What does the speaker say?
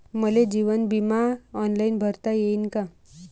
मले जीवन बिमा ऑनलाईन भरता येईन का?